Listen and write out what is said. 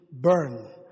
burn